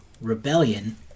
Rebellion